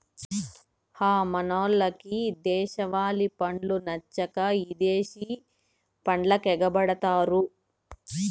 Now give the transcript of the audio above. హ మనోళ్లకు దేశవాలి పండ్లు నచ్చక ఇదేశి పండ్లకెగపడతారు